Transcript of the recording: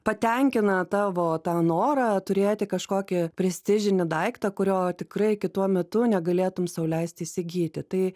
patenkina tavo tą norą turėti kažkokį prestižinį daiktą kurio tikrai kitu metu negalėtum sau leisti įsigyti tai